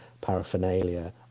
paraphernalia